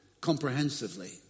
comprehensively